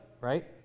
right